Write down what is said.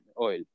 oil